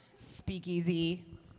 Speakeasy